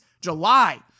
July